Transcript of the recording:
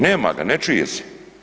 Nema ga, ne čuje se.